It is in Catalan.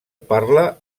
parla